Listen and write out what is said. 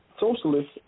Socialist